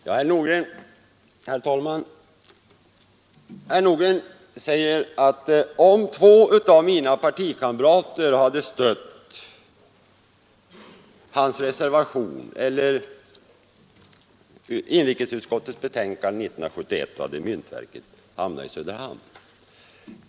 Herr talman! Herr Nordgren säger att om två av mina partikamrater hade stött inrikesutskottets betänkande år 1971, så hade myntverket placerats i Söderhamn.